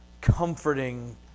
comforting